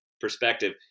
perspective